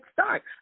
start